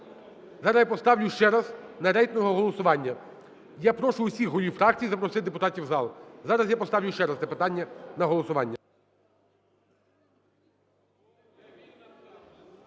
Зараз я поставлю ще раз на рейтингове голосування. Я прошу всіх голів фракцій запросити депутатів в зал. Зараз я поставлю ще раз це питання на голосування.